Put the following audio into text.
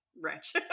rich